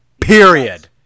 period